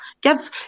give